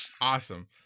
Awesome